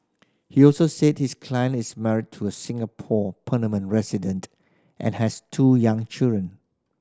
he also said his client is married to a Singapore permanent resident and has two young children